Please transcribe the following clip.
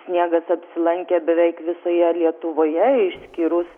sniegas apsilankė beveik visoje lietuvoje išskyrus